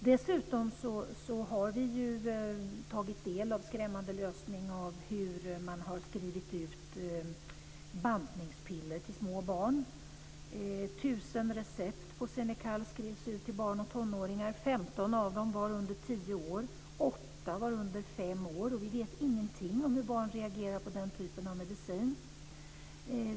Dessutom har vi tagit del av en skrämmande läsning om hur man har skrivit ut bantningspiller till små barn. 1 000 recept på Xenical skrivs ut till barn och tonåringar. 15 av dem är under tio år, och åtta är under fem år. Vi vet ingenting om hur barn reagerar på den typen av medicin.